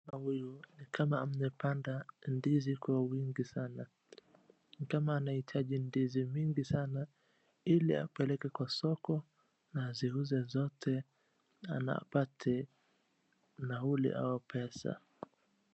Mkulima huyu ni kama amepanda ndizi kwa wingi sana. Ni kama anahitaji ndizi mingi sana ili apeleke kwa soko na aziuze zote na apate nauli au pesa.